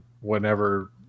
whenever